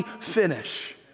finish